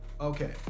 Okay